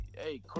Hey